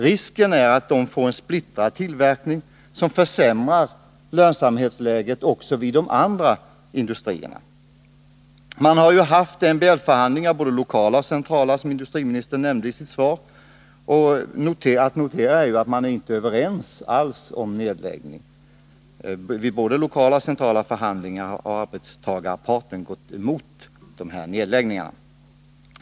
Risken är att tillverkningen splittras, vilket skulle försämra lönsamheten också vid de andra industrierna. Som industriministern nämnde i sitt svar har både lokala och centrala MBL-förhandlingar ägt rum. Här kan noteras att parterna inte alls är överens om nedläggningen. I både lokala och centrala förhandlingar har arbetstagarparten gått emot en nedläggning.